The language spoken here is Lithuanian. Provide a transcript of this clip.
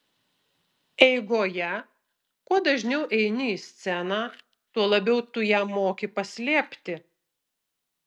eigoje kuo dažniau eini į sceną tuo labiau tu ją moki paslėpti